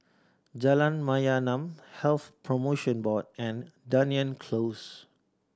Jalan Mayaanam Health Promotion Board and Dunearn Close